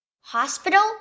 Hospital